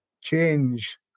change